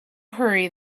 hurry